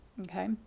Okay